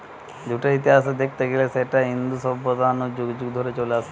জুটের ইতিহাস দেখতে গিলে সেটা ইন্দু সভ্যতা নু যুগ যুগ ধরে চলে আসছে